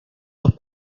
dos